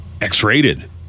x-rated